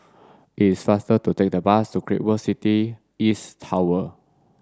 it's suffer to take the bus to Great World City East Tower